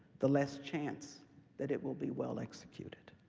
the less chance that it will be well-executed.